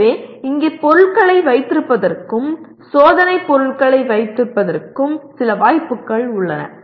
எனவே இங்கே பொருட்களை வைத்திருப்பதற்கும் சோதனை பொருட்களை வைத்திருப்பதற்கும் சில வாய்ப்புகள் உள்ளன